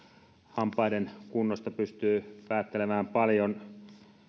hampaiden kunnosta pystyy päättelemään paljon